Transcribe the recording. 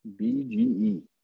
BGE